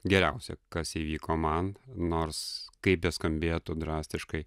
geriausia kas įvyko man nors kaip beskambėtų drastiškai